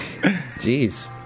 Jeez